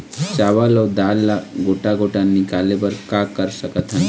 चावल अऊ दाल ला गोटा गोटा निकाले बर का कर सकथन?